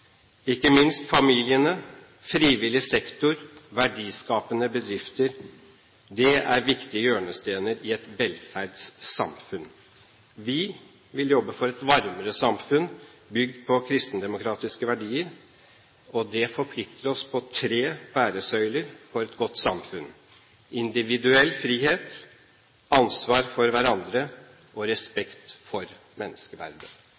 Ikke minst familiene, frivillig sektor og verdiskapende bedrifter er viktige hjørnesteiner i et velferdssamfunn. Vi vil jobbe for et varmere samfunn bygd på kristendemokratiske verdier, og det forplikter oss på tre bæresøyler for et godt samfunn: individuell frihet, ansvar for hverandre og respekt for menneskeverdet.